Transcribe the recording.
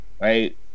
right